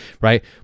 right